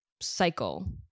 cycle